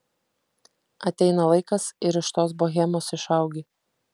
ateina laikas ir iš tos bohemos išaugi